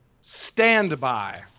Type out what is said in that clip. Standby